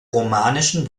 romanischen